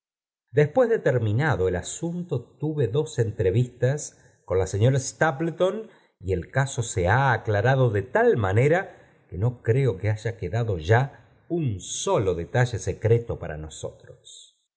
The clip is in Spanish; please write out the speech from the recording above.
después de terminado el asunto tuve dos entrevistas con la señora btapleton y el caso se ha aclarado de tal manera que no creo que haya quedado ya un solo detalle seríelo para nosotros